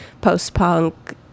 post-punk